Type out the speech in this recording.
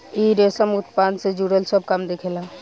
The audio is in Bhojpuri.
इ रेशम उत्पादन से जुड़ल सब काम देखेला